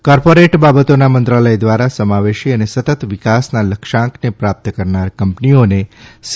corporate બાબતોના મંત્રાલય દ્વારા સમાવેશી અને સતત વિકાસના લક્ષ્યાંકને પ્રાપ્ત કરનાર કંપનીઓને સી